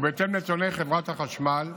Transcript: ובהתאם לנתוני חברת החשמל,